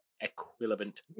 equivalent